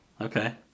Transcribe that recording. okay